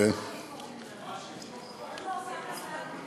קוראים לו אוסאמה סעדי.